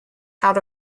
out